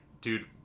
dude